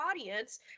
audience